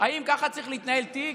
האם ככה צריך להתנהל תיק?